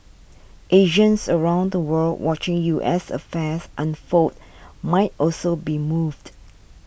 Asians around the world watching U S affairs unfold might also be moved